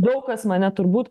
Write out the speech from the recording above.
daug kas mane turbūt